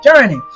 journey